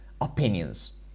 opinions